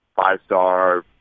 five-star